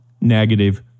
negative